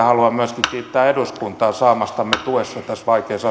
haluan myöskin kiittää eduskuntaa saamastamme tuesta tässä vaikeassa